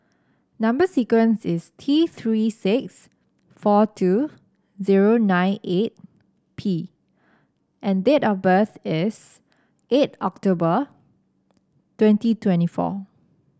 number sequence is T Three six four two zero nine eight P and date of birth is eight October twenty twenty four